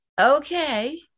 Okay